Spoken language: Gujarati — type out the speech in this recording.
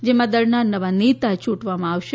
જેમાં દળના નવા નેતા યુંટવામાં આવશે